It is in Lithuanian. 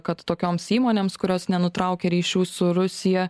kad tokioms įmonėms kurios nenutraukė ryšių su rusija